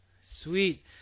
Sweet